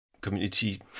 community